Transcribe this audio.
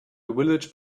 village